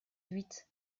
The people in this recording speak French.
huit